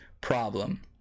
problem